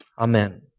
Amen